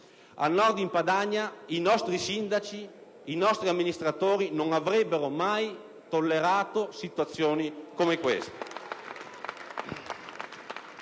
Al Nord, in Padania, i nostri sindaci e i nostri amministratori non avrebbero mai tollerato situazioni come queste!